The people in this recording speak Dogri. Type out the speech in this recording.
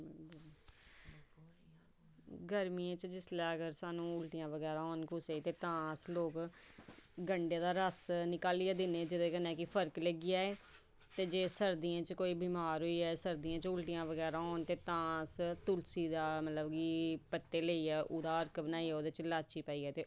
गर्मियें च जिसलै अगर सानूं उल्टियां बगैरा होन ते अस लोग गंढें दा रस निकालियै दिन्ने की जेह्दे कन्नै फर्क लग्गी जाये जे सर्दियें च कोई बमार होई जाये सर्दियें च उल्टियां बगैरा होन तां अस तुलसी दा मतलब कि पत्ता लेइयै ओह्दा अर्क बनाइयै ते ओह्दे पाइयै